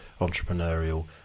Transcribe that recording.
entrepreneurial